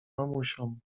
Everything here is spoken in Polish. mamusią